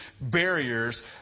barriers